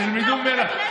תלמדו ממנה.